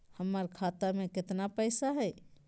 हमर खाता मे केतना पैसा हई?